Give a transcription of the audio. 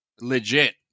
legit